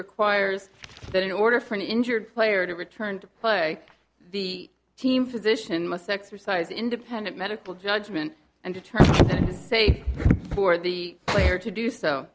requires that in order for an injured player to return to play the team physician must exercise independent medical judgment and determine just say for the player to do so